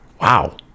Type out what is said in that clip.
wow